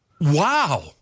wow